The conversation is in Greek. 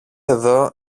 εδώ